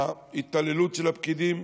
ההתעללות של הפקידים.